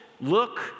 look